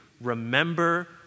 Remember